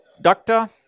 doctor